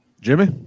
Jimmy